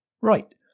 Right